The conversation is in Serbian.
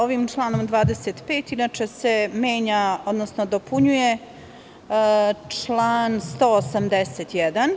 Ovim članom 25. inače se menja, odnosno dopunjuje član 181.